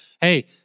hey